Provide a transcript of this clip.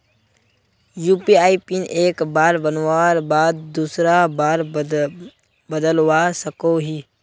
UPI PIN एक बार बनवार बाद दूसरा बार बदलवा सकोहो ही?